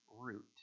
root